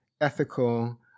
ethical